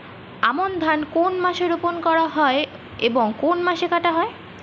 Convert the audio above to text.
আমন ধান কোন মাসে রোপণ করা হয় এবং কোন মাসে কাটা হয়?